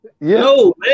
No